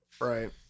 right